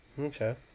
Okay